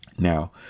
Now